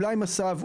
אולי מס"ב,